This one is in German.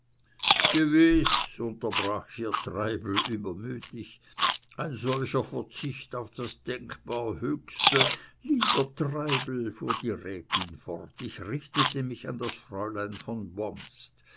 gewiß unterbrach hier treibel übermütig ein solcher verzicht auf das denkbar höchste lieber treibel fuhr die rätin fort ich richtete mich an das fräulein von bomst